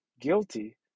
guilty